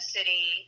City